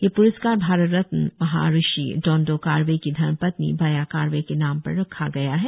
यह प्रस्कार भारत रत्न महाऋषि डोन्डो कारवे की धर्म पत्नी बाया कारवे के नाम पर रखा गया है